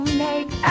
make